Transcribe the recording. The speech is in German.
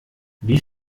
wie